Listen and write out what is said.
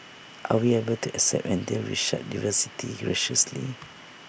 are we able to accept and deal with such diversity graciously